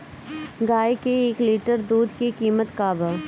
गाय के एक लीटर दूध के कीमत केतना बा?